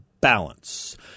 BALANCE